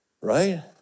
right